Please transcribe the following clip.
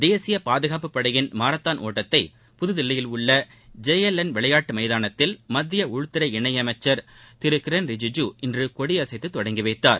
தேசிய பாதுகாப்புப்படையின் மாரத்தான் ஓட்டத்தை புதுதில்லியில் உள்ள ஜே எல் என் விளையாட்டு மைதானத்தில் மத்திய உள்துறை இணையமைச்சர் திரு கிரண் ரிஜூஜூ இன்று கொடியசைத்து தொடங்கி வைத்தார்